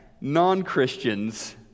non-Christians